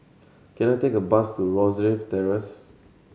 can I take a bus to Rosyth Terrace